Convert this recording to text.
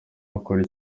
bakora